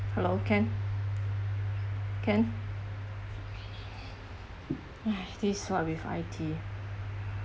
hello can can !aiya! this what with I_T